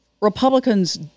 Republicans